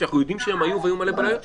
שאנחנו יודעים שהם היו והיו מלא בעיות איתם: